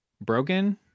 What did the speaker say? broken